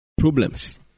problems